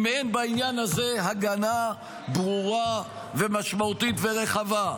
אם אין בעניין הזה הגנה ברורה ומשמעותית ורחבה.